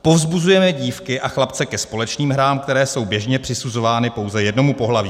Povzbuzujeme dívky a chlapce ke společným hrám, které jsou běžně přisuzovány pouze jednomu pohlaví.